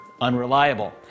unreliable